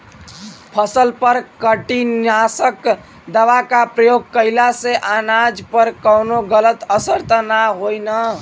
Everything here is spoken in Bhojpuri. फसल पर कीटनाशक दवा क प्रयोग कइला से अनाज पर कवनो गलत असर त ना होई न?